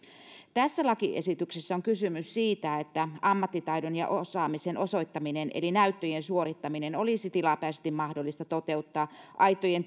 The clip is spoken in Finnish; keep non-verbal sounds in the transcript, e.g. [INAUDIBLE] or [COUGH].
tässä lakiesityksessä on kysymys siitä että ammattitaidon ja osaamisen osoittaminen eli näyttöjen suorittaminen olisi tilapäisesti mahdollista toteuttaa aitojen [UNINTELLIGIBLE]